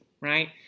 right